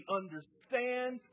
understand